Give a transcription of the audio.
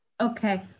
Okay